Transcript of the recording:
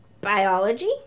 biology